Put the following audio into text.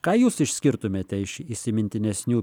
ką jūs išskirtumėte iš įsimintinesnių